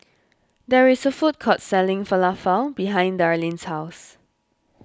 there is a food court selling Falafel behind Darleen's house